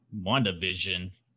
WandaVision